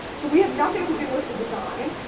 so we had nothing to do with the design.